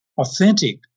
authentic